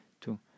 two